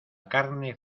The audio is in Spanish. carne